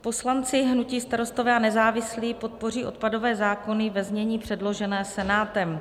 Poslanci hnutí Starostové a nezávislí podpoří odpadové zákony ve znění předloženém Senátem.